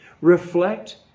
Reflect